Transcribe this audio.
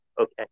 Okay